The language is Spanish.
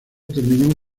terminó